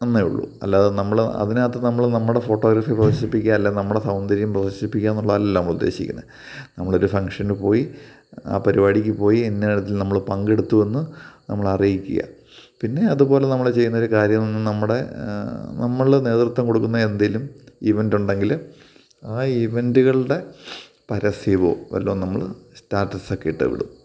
എന്നേയുള്ളൂ അല്ലാതെ നമ്മൾ അതിനകത്ത് നമ്മൾ നമ്മുടെ ഫോട്ടോഗ്രാഫി പ്രദർശിപ്പിക്കാൻ അല്ലേ നമ്മുടെ സൗന്ദര്യം പ്രദർശിപ്പിക്കാൻ എന്നുള്ളതല്ലല്ലേ നമ്മൾ ഉദ്ദേശിക്കുന്നത് നമ്മൾ ഒരു ഫങ്ക്ഷന് പോയി ആ പരിപാടിക്ക് പോയി ഇന്നയിടത് നമ്മൾ പങ്കെടുത്തുവെന്ന് നമ്മൾ അറിയിക്കുക പിന്നെ അതുപോലെ നമ്മൾ ചെയ്യുന്ന ഒരു കാര്യം നമ്മുടെ നമ്മൾ നേതൃത്വം കൊടുക്കുന്ന എന്തേലും ഇവൻറ്റുണ്ടെങ്കിൽ ആ ഇവൻറ്റുകളുടെ പരസ്യവോ വല്ലോം നമ്മൾ സ്റ്റാറ്റസെക്കെ ഇട്ട് വിടും